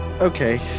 Okay